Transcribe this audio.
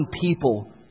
people